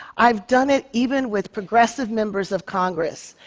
i've done it even with progressive members of congress.